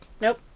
Nope